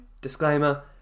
disclaimer